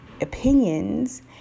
opinions